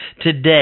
today